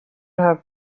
حرف